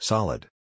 Solid